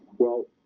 well,